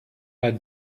bei